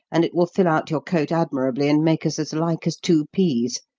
and it will fill out your coat admirably and make us as like as two peas.